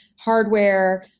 hardware.